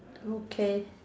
okay